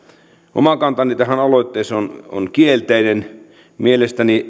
oma kantani tähän aloitteeseen on kielteinen mielestäni